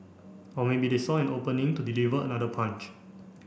or maybe they saw an opening to deliver another punch